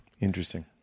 Interesting